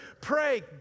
Pray